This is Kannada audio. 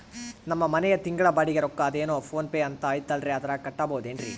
ನಮ್ಮ ಮನೆಯ ತಿಂಗಳ ಬಾಡಿಗೆ ರೊಕ್ಕ ಅದೇನೋ ಪೋನ್ ಪೇ ಅಂತಾ ಐತಲ್ರೇ ಅದರಾಗ ಕಟ್ಟಬಹುದೇನ್ರಿ?